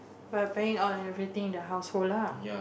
but you're planning on everything the household lah